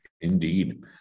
Indeed